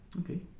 Okay